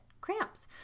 cramps